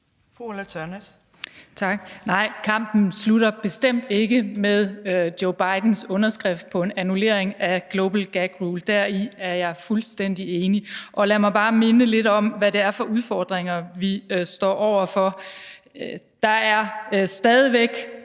Ulla Tørnæs (V): Tak. Nej, den slutter bestemt ikke med Joe Bidens underskrift på en annullering af Global Gag Rule. Deri er jeg fuldstændig enig. Lad mig bare minde lidt om, hvad det er for udfordringer, vi står over for. Der er stadig væk